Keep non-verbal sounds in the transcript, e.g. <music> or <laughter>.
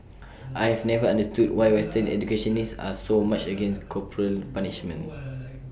I have never understood why <noise> western educationists are so much against corporal punishment <noise>